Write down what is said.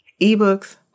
eBooks